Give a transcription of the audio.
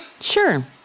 Sure